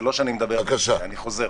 זה לא שאני --- אני חוזר.